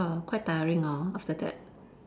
ya quite tiring hor after that